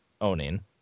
owning